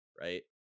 right